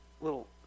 little